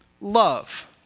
love